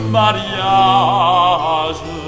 mariage